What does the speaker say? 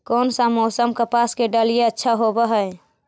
कोन सा मोसम कपास के डालीय अच्छा होबहय?